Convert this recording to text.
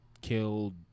killed